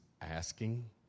asking